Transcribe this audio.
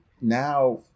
now